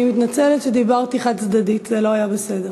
אני מתנצלת שדיברתי חד-צדדית, זה לא היה בסדר.